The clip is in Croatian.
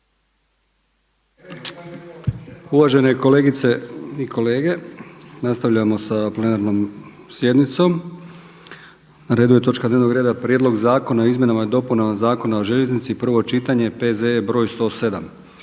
Uvažene kolegice i kolege, nastavljamo sa plenarnom sjednicom. Na redu je točka dnevnog reda: - Prijedlog zakona o izmjenama i dopunama Zakona o željeznicama, prvo čitanje, P.Z.E broj 107